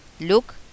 Look